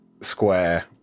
square